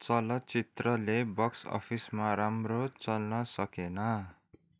चलचित्रले बक्स अफिसमा राम्रो चल्न सकेन